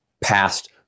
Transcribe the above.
past